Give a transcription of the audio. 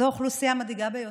זו אוכלוסייה מדאיגה ביותר.